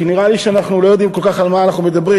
כי נראה לי שאנחנו לא יודעים כל כך על מה אנחנו מדברים,